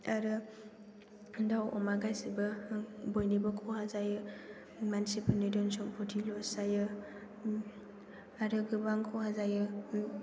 आरो दाउ अमा गासैबो बयनिबो खहा जायो मानसिफोरनि धोन सम्फथि लस जायो आरो गोबां खहा जायो